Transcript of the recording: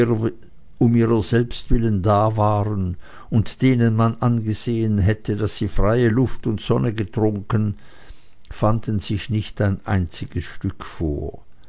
um ihrer selbst willen da waren und denen man angesehen hätte daß sie freie luft und sonne getrunken fanden sich nicht ein einziges stück vor